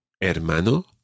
Hermano